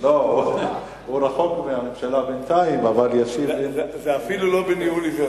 הוא רחוק מהממשלה בינתיים, אדוני היושב-ראש,